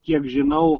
kiek žinau